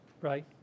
right